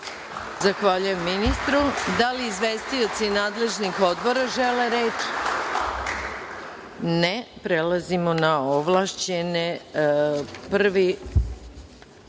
Zahvaljujem ministru. Da li izvestioci nadležnih odbora žele reč? (Ne.)Prelazimo na ovlašćene